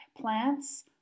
plants